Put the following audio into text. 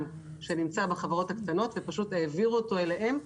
שנמצא בחברות הקטנות והעביר אותו אליהם.